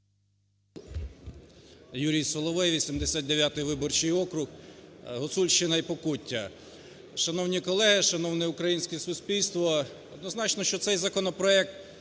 Юрій Соловей, 89 виборчий округ, Гуцульщина і Покуття. Шановні колеги, шановне українське суспільство, однозначно, що цей законопроект